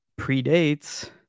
predates